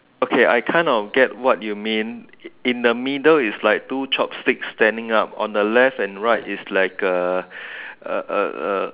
okay I kind of get what you mean in the middle it's like two chopsticks standing up on the left and right it's like a a a a a